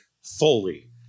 fully